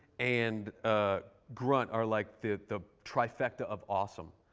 and ah grunt are like the the trifecta of awesome.